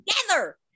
together